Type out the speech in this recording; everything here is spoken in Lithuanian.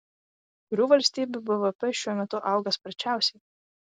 kurių valstybių bvp šiuo metu auga sparčiausiai